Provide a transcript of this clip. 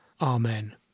Amen